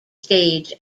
stage